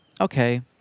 okay